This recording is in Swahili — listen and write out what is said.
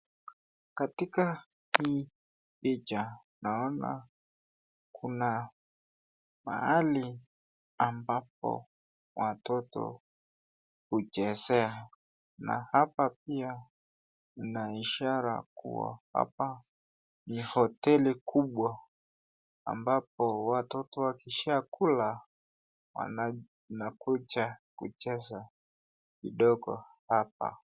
Katika hii picha, naona kuna mahali ambapo watoto huchezea na hapa pia kuna ishara kuwa hapa ni hoteli kubwa ambapo watoto wakishakula, wanakuja kucheza kidogo hapa.